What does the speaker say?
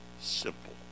simple